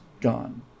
gone